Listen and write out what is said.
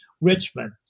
Richmond